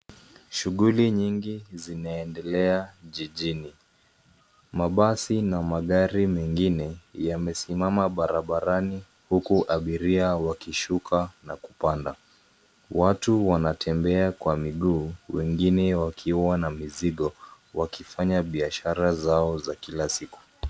Shughuli nyingi zinaendelea jijini. Mabasi na magari mengine yamesimama barabarani huku abiria wakishuka na kupanda. Watu wanatembea kwa miguu, wengine wakiwa na mizigo wakifanya biashara zao za kila siku.